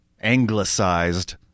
anglicized